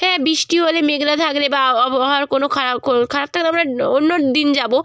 হ্যাঁ বৃষ্টি হলে মেঘলা থাকলে বা আবহাওয়ার কোনো খারাপ খারাপ থাকলে আমরা অন্য দিন যাব